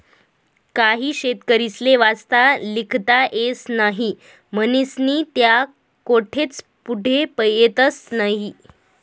काही शेतकरीस्ले वाचता लिखता येस नही म्हनीस्नी त्या कोठेच पुढे येतस नही